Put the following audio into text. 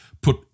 put